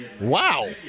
wow